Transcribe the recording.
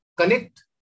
connect